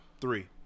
Three